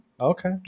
Okay